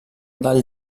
del